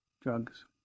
Drugs